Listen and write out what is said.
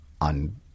on